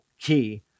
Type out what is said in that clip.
key